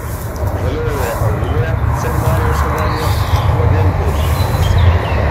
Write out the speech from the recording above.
žaliojoje auloje seminarijos sodelyje nuodėmklausiui vysk